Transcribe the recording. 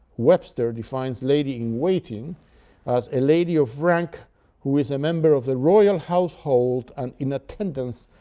webster defines lady-in-waiting as a lady of rank who is a member of the royal household and in attendance